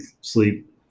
sleep